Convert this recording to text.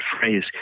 phrase